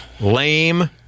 lame